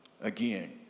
Again